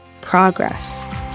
progress